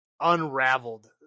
unraveled